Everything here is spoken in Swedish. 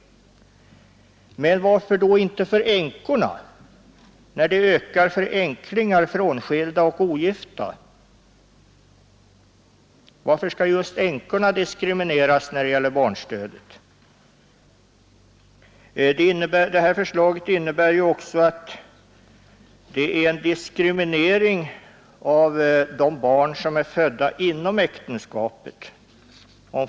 Men varför ökar inte barnstödet för änkor, när det ökar för änklingar, frånskilda och ogifta? Varför skall just änkorna diskrimineras när det Detta förslag innebär också, om fadern dör, en diskriminering av de barn som är födda inom äktenskapet.